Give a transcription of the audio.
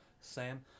Sam